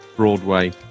Broadway